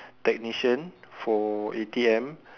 technician for A_T_M